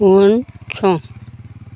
उनसं